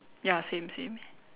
ya same same